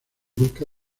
busca